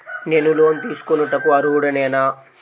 నేను లోన్ తీసుకొనుటకు అర్హుడనేన?